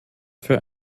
für